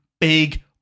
big